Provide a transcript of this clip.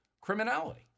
criminality